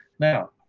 now,